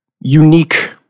unique